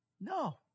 No